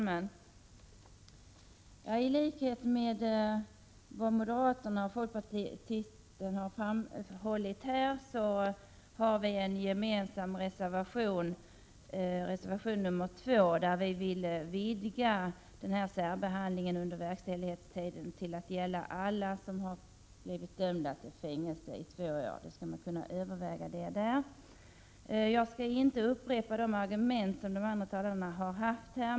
Herr talman! Som moderaternas och folkpartiets talesmän här har framhållit finns det en gemensam borgerlig reservation, nämligen reservation 2. Av denna framgår att vi vill vidga särbehandlingen under verkställighetstiden till att gälla alla som har blivit dömda till fängelse i två år. Jag skall inte upprepa de argument som tidigare talare har anfört.